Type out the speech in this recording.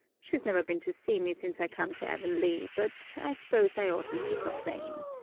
she's never been to see me since i come to avonlea, but i s'pose i oughtn't to complain.